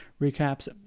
Recaps